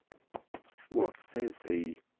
what says he?